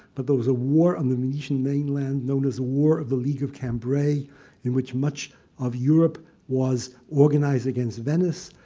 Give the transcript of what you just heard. but there was a war on the venetian mainland known as the war of the league of cambrai in which much of europe was organized against venice.